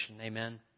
Amen